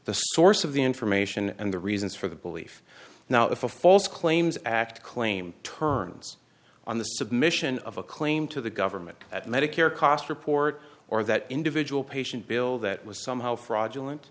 the source of the information and the reasons for the belief now if a false claims act claim turns on the submission of a claim to the government that medicare costs report or that individual patient bill that was somehow fraudulent